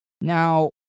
Now